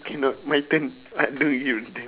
cannot my turn I don't give a damn